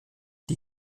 die